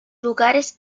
lugares